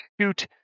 shoot